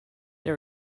they